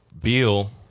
Beal